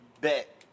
bet